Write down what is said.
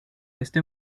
este